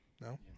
No